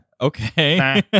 Okay